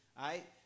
right